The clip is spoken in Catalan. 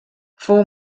fou